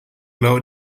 low